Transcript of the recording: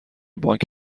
بانک